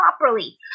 properly